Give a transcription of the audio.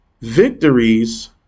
Victories